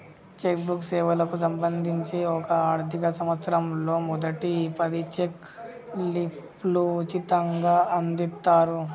check book సేవలకు సంబంధించి ఒక ఆర్థిక సంవత్సరంలో మొదటి పది చెక్ లీఫ్లు ఉచితంగ అందిత్తరు